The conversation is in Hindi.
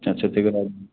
अच्छा अच्छा ठीक है